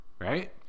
right